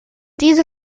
diese